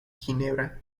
ginebra